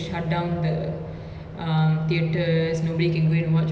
and the thing it's it's not just the actors and the producers and all that